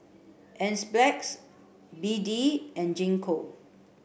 Enzyplex B D and Gingko